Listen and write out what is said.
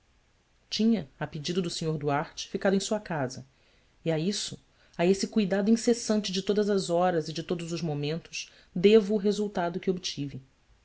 tinha a pedido do sr duarte ficado em sua casa e a isso a esse cuidado incessante de todas as horas e de todos os momentos devo o resultado que obtive